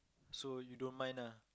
so you don't mind ah